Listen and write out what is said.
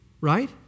Right